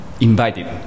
invited